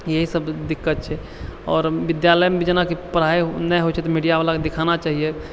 इएह सब दिक्कत छै आओर विद्यालयमे भी जेनाकि पढ़ाइ नहि होइत छै तऽ मीडियावलाके देखाना चाहिए कि